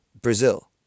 Brazil